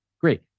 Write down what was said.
Great